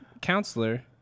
counselor